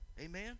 amen